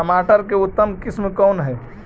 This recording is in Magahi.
टमाटर के उतम किस्म कौन है?